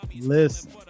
Listen